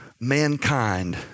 mankind